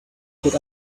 put